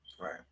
right